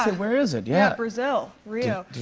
where is it? yeah. brazil, rio. did